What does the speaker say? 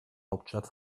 hauptstadt